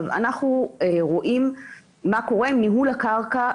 אנחנו רואים מה קורה עם ניהול הקרקע,